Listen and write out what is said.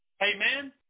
Amen